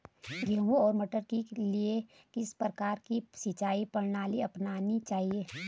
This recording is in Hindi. गेहूँ और मटर के लिए किस प्रकार की सिंचाई प्रणाली अपनानी चाहिये?